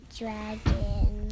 dragon